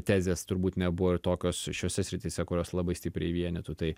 tezės turbūt nebuvo ir tokios šiose srityse kurios labai stipriai vienytų tai